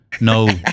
No